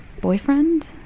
boyfriend